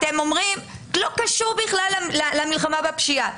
אתם אומרים, לא קשור בכלל למלחמה בפשיעה.